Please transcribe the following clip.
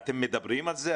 מדברים על זה?